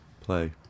play